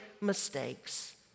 mistakes